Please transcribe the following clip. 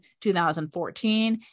2014